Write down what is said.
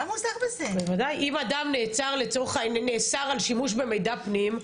אם אדם נאסר על שימוש במידע פנים,